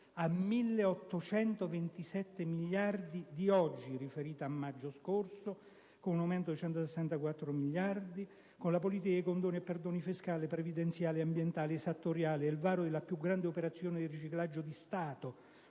ai 1.827 miliardi di oggi (il riferimento è al maggio scorso), con un aumento di 164 miliardi di euro - con la politica di condoni e perdoni fiscali, previdenziali, ambientali, esattoriali ed il varo della più grande operazione di riciclaggio di Stato,